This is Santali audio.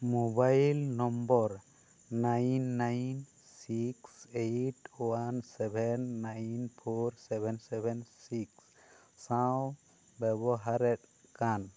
mobile number nine nine ᱥᱤᱥ eight one seven nine four seven seven ᱥᱤᱥ ᱥᱟᱶ ᱵᱮᱵᱚᱦᱟᱨᱮᱫ ᱠᱟᱱ